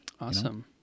Awesome